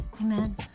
Amen